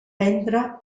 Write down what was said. prendre